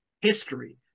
history